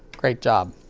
great job!